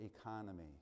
economy